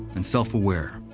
and self-aware,